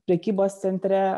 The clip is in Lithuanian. prekybos centre